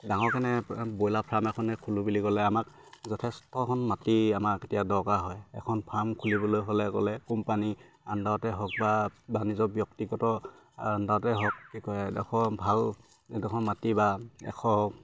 ডাঙৰকেনে broiler farm এখনে খোলোঁ বুলি ক'লে আমাক যথেষ্টখন মাটি আমাক এতিয়া দৰকাৰ হয় এখন ফাৰ্ম খুলিবলৈ হ'লে গ'লে কোম্পানী আণ্ডাৰতে হওক বা বা নিজৰ ব্যক্তিগত আন্দাতে হওক কি কয় এডোখৰ ভাল মাটি বা